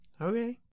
okay